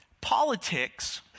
Politics